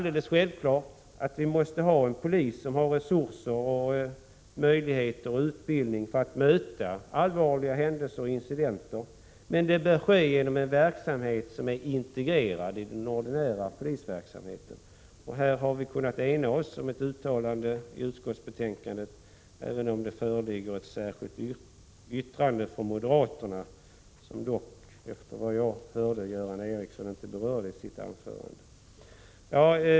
Det är självklart att vi måste ha en polis som har resurser, möjligheter och utbildning för att möta allvarliga händelser och incidenter, men det bör ske genom en verksamhet som är integrerad i den ordinarie polisverksamheten. Här har vi kunnat ena oss om ett uttalande i utskottsbetänkandet, även om det föreligger ett särskilt yttrande från moderaterna. Jag kunde dock inte höra att Göran Ericsson berörde det i sitt anförande.